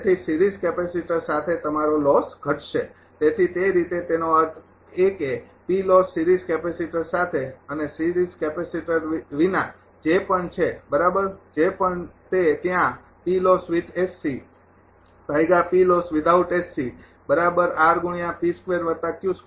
તેથી series capacitor સાથે તમારો લોસ ઘટશે તેથી તે રીતે તેનો અર્થ એ કે સિરીઝ કેપેસિટર સાથે અને સીરીઝ કેપેસિટર વિના જે પણ છે બરાબર જે પણ તે ત્યાં હતું